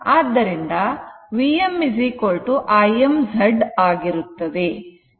ಆದ್ದರಿಂದ Vm Im Z ಆಗಿರುತ್ತದೆ